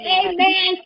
amen